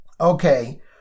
okay